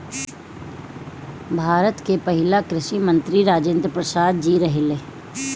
भारत के पहिला कृषि मंत्री राजेंद्र प्रसाद जी रहले